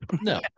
no